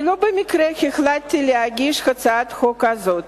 לא במקרה החלטתי להגיש את הצעת החוק הזאת.